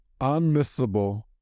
unmissable